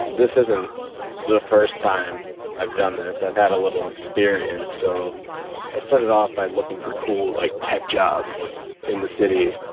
this isn't the first time i've done this. i've had a little experience. so i started off by looking for cool, like, tech jobs in the city,